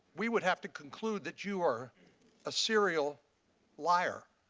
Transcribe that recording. we would have to conclude that you are a serial liar